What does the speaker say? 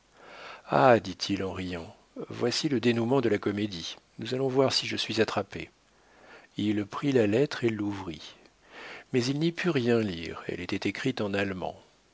ah dit-il en riant voici le dénoûment de la comédie nous allons voir si je suis attrapé il prit la lettre et l'ouvrit mais il n'y put rien lire elle était écrite en allemand